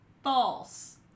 false